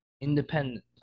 independent